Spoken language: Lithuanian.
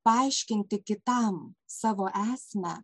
paaiškinti kitam savo esmę